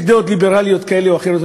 יש דעות ליברליות כאלה ואחרות,